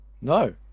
no